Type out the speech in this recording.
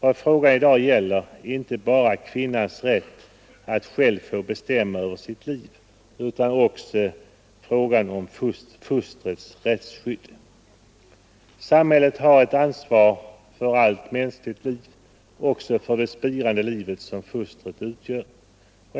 Vad frågan i dag gäller är inte bara kvinnans rätt att själv få bestämma över sitt liv utan också fostrets rättsskydd. Samhället har ett ansvar för allt mänskligt liv, också för det spirande liv som fostret utgör.